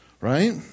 right